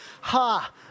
ha